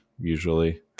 usually